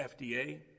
FDA